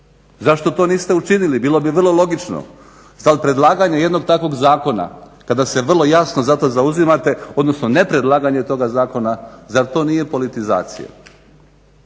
Zašto to niste učinili? Bilo bi vrlo logično. Predlaganje jednog takvog zakona kada se vrlo jasno za to zauzimate odnosno ne predlaganje toga zakona zar to nije politizacija?